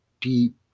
deep